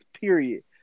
period